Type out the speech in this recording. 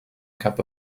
cup